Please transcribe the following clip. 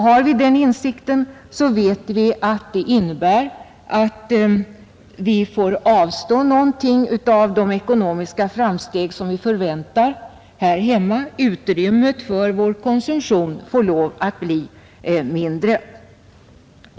Har vi den insikten vet vi att detta innebär att vi får avstå någonting av de ekonomiska framsteg som vi förväntar här hemma; utrymmet för vår konsumtion får lov att bli mindre.